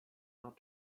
not